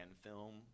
film